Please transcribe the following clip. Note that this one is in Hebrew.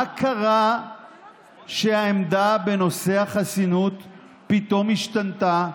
מה קרה שהעמדה בנושא החסינות פתאום השתנתה?